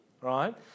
right